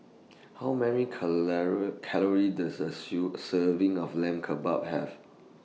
How Many Calories Does A sew Serving of Lamb Kebabs Have